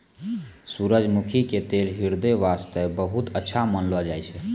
सूरजमुखी के तेल ह्रदय वास्तॅ बहुत अच्छा मानलो जाय छै